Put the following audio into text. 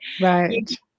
Right